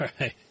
right